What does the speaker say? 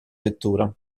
vettura